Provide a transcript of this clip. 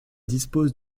dispose